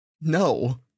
no